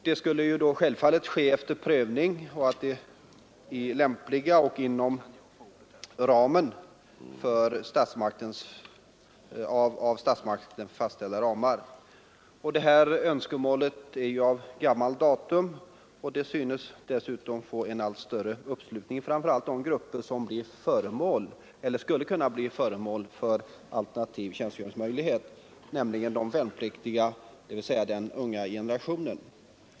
Detta skulle självfallet ske efter prövning och i lämpliga former inom av statsmakterna fastställda ramar. Önskemålet är av gammalt datum och synes få en allt större uppslutning, framför allt inom de grupper som skulle kunna utnyttja denna alternativa tjänstgöringsmöjlighet, dvs. de värnpliktiga och den unga generationen.